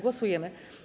Głosujemy.